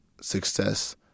success